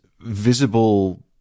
visible